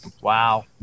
Wow